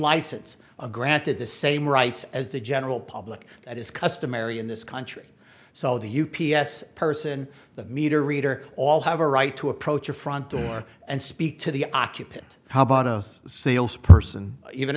license granted the same rights as the general public that is customary in this country so the u p s person the meter reader all have a right to approach a front door and speak to the occupant how about a sales person even